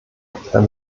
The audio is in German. herr